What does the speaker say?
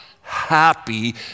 happy